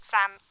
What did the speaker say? Sam